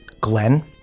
Glenn